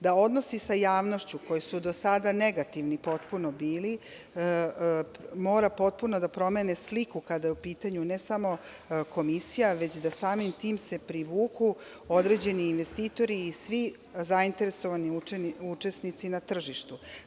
Da odnosi sa javnošću koji su do sada negativni i potpuno bili mora potpuno da promene sliku kada je u pitanju ne samo Komisija već da samim tim se privuku određeni investitori i svi zainteresovani učesnici na tržištu.